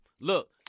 look